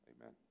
Amen